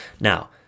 Now